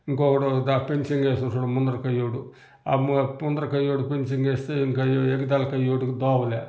ఇంకొకడు దా పెన్సింగ్ వేసుంటాడు ముందర కయ్యోడు ఆ ముందర కయ్యోడు పెన్సింగ్ వేస్తే ఇంక ఎగదాల కయ్యోడికి దోవ లే